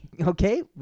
Okay